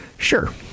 Sure